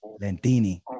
Lentini